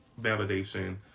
validation